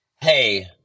hey